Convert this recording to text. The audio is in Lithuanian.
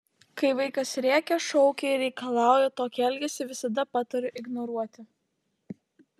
kai vaikas rėkia šaukia ir reikalauja tokį elgesį visada patariu ignoruoti